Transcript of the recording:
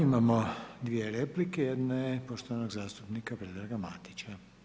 Imamo dvije replike, jedna je poštovanog zastupnika Predraga Matića.